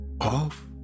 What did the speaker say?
off